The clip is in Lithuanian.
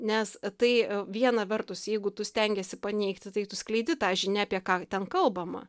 nes tai viena vertus jeigu tu stengiesi paneigti tai tu skleidi tą žinią apie ką ten kalbama